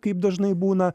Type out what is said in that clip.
kaip dažnai būna